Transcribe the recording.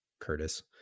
Curtis